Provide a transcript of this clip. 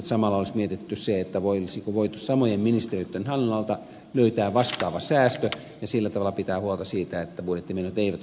samalla olisi mietitty se olisiko voitu samojen ministeriöitten hallinnonaloilta löytää vastaava säästö ja sillä tavalla pitää huolta siitä että budjettimenot eivät olisi kasvaneet